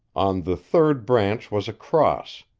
on the third branch was a cross,